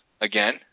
again